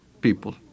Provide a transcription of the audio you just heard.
people